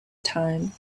time